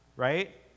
Right